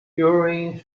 during